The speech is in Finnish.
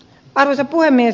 arvoisa puhemies